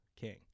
king